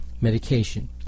medication